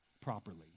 properly